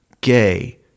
gay